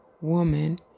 woman